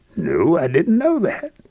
no, i didn't know that.